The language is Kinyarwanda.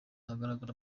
ahagaragara